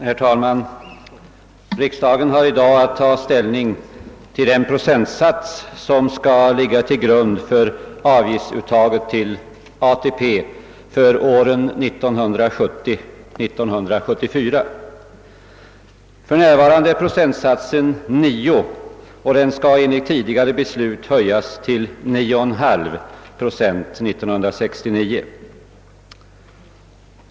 Herr talman! Riksdagen har i dag att ta ställning till den procentsats som skall ligga till grund för avgiftsuttaget till ATP för åren 1970—1974. För närvarande är procentsatsen 9 och den skall enligt tidigare beslut höjas till 9,5 år 1969.